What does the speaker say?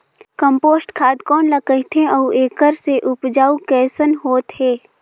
Compost खाद कौन ल कहिथे अउ एखर से उपजाऊ कैसन होत हे?